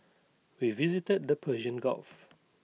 we visited the Persian gulf